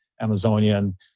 Amazonian